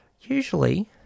usually